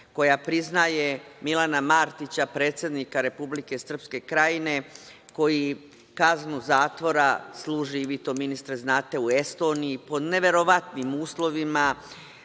koja priznaje Milana Martića predsednika Republike Srpske Krajine, koji kaznu zatvora služi, vi to ministre znate, u Estoniji pod neverovatnim uslovima